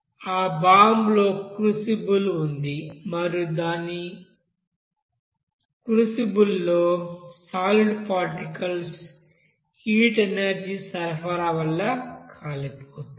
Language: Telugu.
ఆ బాంబు లోపల క్రూసిబుల్ ఉంది మరియు ఈ క్రూసిబుల్లో సాలిడ్ పార్టికల్స్ హీట్ ఎనర్జీ సరఫరా వల్ల కాలిపోతాయి